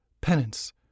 penance